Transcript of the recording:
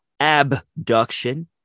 abduction